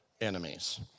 enemies